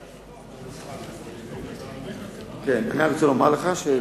אדוני שר הפנים, אתה טועה.